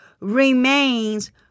remains